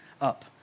up